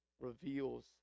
reveals